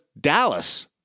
Dallas